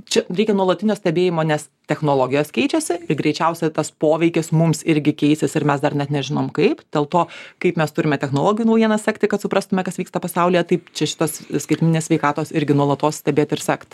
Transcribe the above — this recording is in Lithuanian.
čia reikia nuolatinio stebėjimo nes technologijos keičiasi ir greičiausiai tas poveikis mums irgi keisis ir mes dar net nežinom kaip dėl to kaip mes turime technologijų naujienas sekti kad suprastume kas vyksta pasaulyje taip čia šitos skaitmeninės sveikatos irgi nuolatos stebėt ir sekt